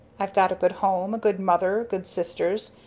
i've got a good home, a good mother, good sisters,